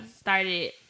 started